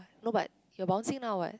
no but you're bouncing now what